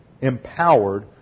empowered